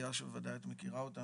שוודאי את מכירה אותה,